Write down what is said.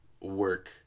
work